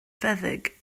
feddyg